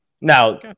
Now